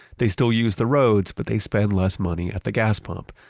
they still use the roads, but they spend less money at the gas pump.